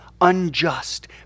unjust